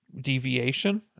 deviation